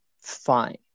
fine